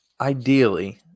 Ideally